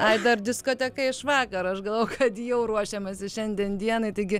ai dar diskoteka iš vakaro aš galvojau kad jau ruošiamasi šiandien dienai taigi